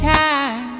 time